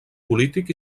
polític